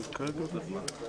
בוקר טוב לשר החינוך יואב גלנט,